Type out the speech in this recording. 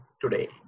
today